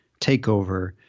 takeover